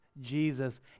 Jesus